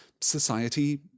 society